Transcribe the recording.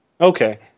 Okay